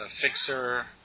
fixer